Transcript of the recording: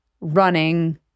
running